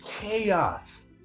chaos